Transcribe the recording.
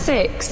Six